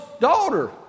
daughter